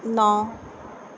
ਨੌਂ